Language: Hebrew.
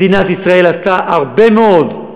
מדינת ישראל עשתה הרבה מאוד,